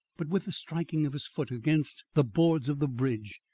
but with the striking of his foot against the boards of the bridge,